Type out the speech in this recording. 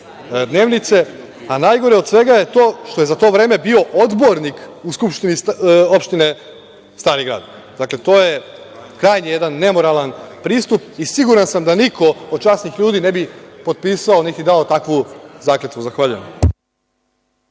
dnevnice, a najgore od svega je to što je za to vreme bio odbornik u Skupštini opštine Stari grad. To je krajnje jedan nemoralan pristup. Siguran sam da niko od časnih ljudi ne bi potpisao, niti dao takvu zakletvu. Zahvaljujem.